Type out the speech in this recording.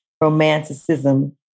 romanticism